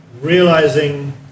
realizing